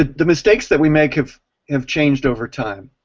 the mistakes that we make have have changed over time.